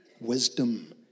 Wisdom